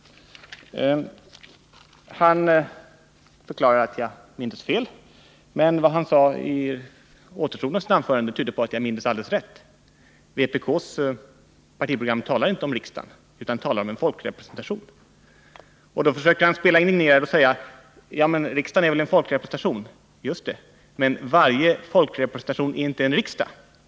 Han förklarar att jag mindes fel, men återstoden av vad han sade i sitt anförande tyder på att jag minns alldeles rätt: Vpk:s partiprogram talar inte om riksdagen utan om folkrepresentationen. Då försöker han spela naiv och säger: Men riksdagen är väl en folkrepresentation? Just det, men varje folkrepresentation är inte en riksdag.